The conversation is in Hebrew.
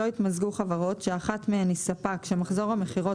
לא יתמזגו חברות שאחת מהן היא ספק שמחזור המכירות